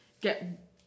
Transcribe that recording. get